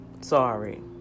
Sorry